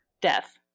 death